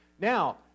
Now